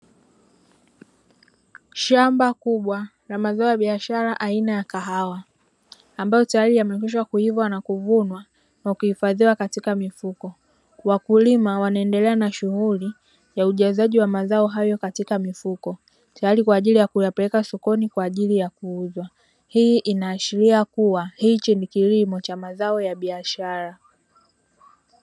Shamba kubwa la mazao ya biashara aina ya kahawa ambayo tayari yamekwisha kuiva na kuvunwa na kuhifadhiwa katika mifuko. Wakulima wanaendelea na shughuli ya ujazaji wa mazao hayo katika mifuko tayari kwa ajili ya kuyapeleka sokoni kwa ajili ya kuuzwa. Hii inaashiria kuwa hichi ni kilimo cha mazao ya biashara.